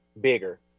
bigger